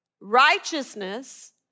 Righteousness